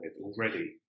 already